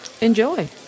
enjoy